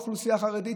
האוכלוסייה החרדית,